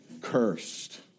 cursed